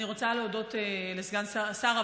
אני רוצה להודות לסגן השר,